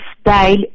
style